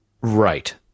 Right